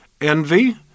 envy